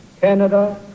Canada